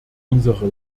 unsere